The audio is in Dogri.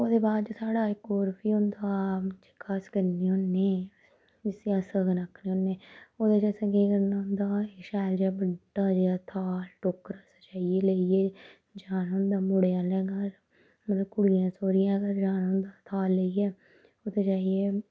ओह्दे बाद साढ़ा इक होर बी होंदा जेह्का अस करने होन्ने इसी अस सगन आखने होन्ने ओह्दे च असें केह् करना होंदा असें शैल जेहा बड्डा जेहा थाल टोकरा सजाइयै लेइयै जाना होंदा मुड़े आह्लें दे घर मतलब कुड़ियें दे सौह्रियें दे घर जाना होंदा थाल लेइयै उत्थै जाइयै